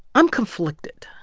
i'm conflicted.